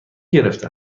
گرفته